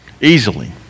easily